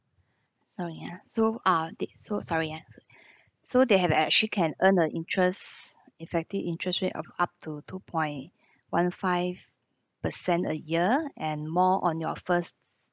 so ya so ah they so sorry ah so they have actually can earn a interest effective interest rate of up to two point one five percent a year and more on your first